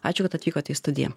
ačiū kad atvykote į studiją